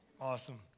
Awesome